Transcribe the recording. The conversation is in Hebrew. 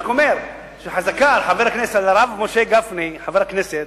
אני רק אומר שחזקה על הרב משה גפני, חבר הכנסת,